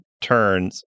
turns